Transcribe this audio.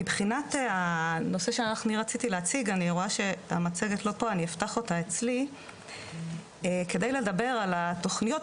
מבחינת הנושא שאני רציתי להציג כדי לדבר על התוכניות,